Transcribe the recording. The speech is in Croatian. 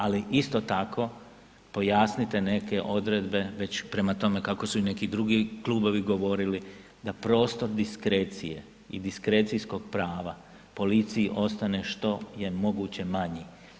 Ali, isto tako, pojasnite neke odredbe već prema tome kako su i neki drugi klubovi govorili, da prostor diskrecije i diskrecijskog prava policiji ostane što je moguće manji.